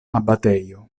abatejo